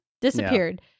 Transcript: disappeared